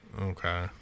Okay